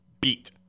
beat